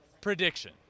prediction